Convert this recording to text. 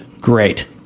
Great